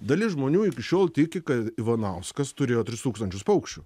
dalis žmonių iki šiol tiki ka ivanauskas turėjo tris tūkstančius paukščių